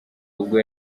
ubwo